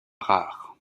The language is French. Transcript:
rares